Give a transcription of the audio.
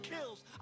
kills